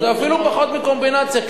זה אפילו פחות מקומבינציה.